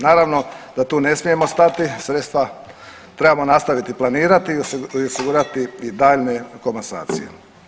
Naravno da tu ne smijemo stati, sredstva trebamo nastaviti planirati i osigurati i daljnje komasacije.